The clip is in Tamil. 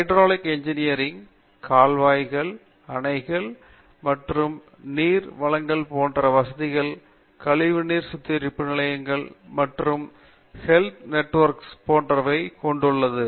ஹைட்ராயூக்ளிக் இன்ஜினியரிங் கால்வாய்கள் அணைகள் மற்றும் நீர் வழங்கல் போன்ற வசதிகள் கழிவுநீர் சுத்திகரிப்பு நிலையங்கள் மற்றும் ஹெழ்த் நெட்வொர் க்குகள் போன்றவற்றைக் கொண்டுள்ளது